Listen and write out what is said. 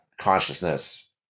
consciousness